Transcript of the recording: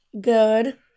Good